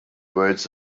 words